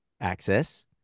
access